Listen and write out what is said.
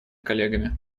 коллегами